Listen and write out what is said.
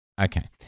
Okay